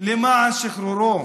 למען שחרורו,